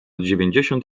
dziewięćdziesiąt